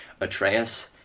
Atreus